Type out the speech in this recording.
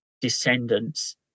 descendants